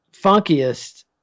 funkiest